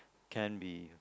can be